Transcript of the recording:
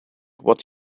what